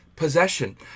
possession